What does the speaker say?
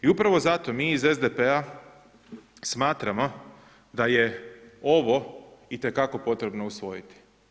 I upravo zato mi iz SDP-a smatramo da je ovo itekako potrebno usvojiti.